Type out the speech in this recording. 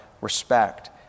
respect